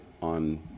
on